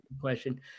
Question